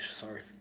Sorry